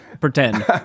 pretend